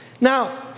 Now